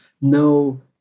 no